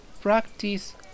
Practice